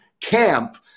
camp